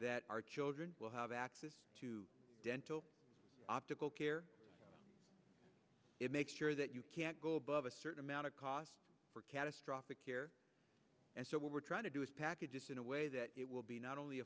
that our children will have access to dental optical care to make sure that you can't go above a certain amount of cost for catastrophic care and so what we're trying to do is package in a way that it will be not only